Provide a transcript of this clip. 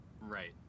Right